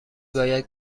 باید